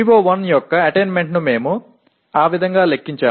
PO1 ஐ அடைவதை நாம் கணக்கிடுகிறோம்